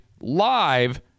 live